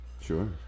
Sure